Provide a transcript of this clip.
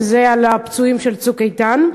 וזה על הפצועים של "צוק איתן".